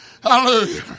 Hallelujah